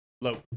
Low